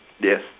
Yes